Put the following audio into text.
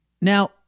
Now